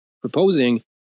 proposing